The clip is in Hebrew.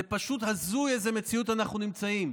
זה פשוט הזוי באיזו מציאות אנחנו נמצאים.